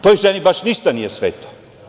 Toj ženi baš ništa nije sveto.